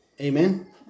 Amen